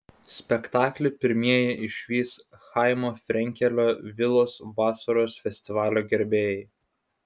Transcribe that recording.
spektaklį pirmieji išvys chaimo frenkelio vilos vasaros festivalio gerbėjai